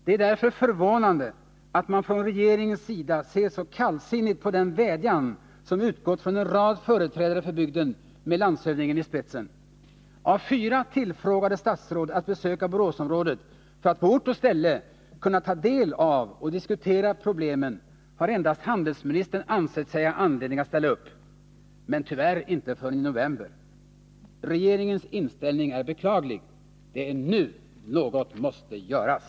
Det är därför förvånande att man från regeringens sida ser så kallsinnigt på den vädjan som har utgått från en rad företrädare för bygden med landshövdingen i spetsen. Av fyra statsråd som ombads besöka Boråsområdet för att på ort och ställe ta del av och diskutera problemen har endast handelsministern ansett sig ha anledning att ställa upp — men tyvärr inte förrän i november. Regeringens inställning är beklaglig. Det är nu något måste göras!